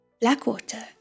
Blackwater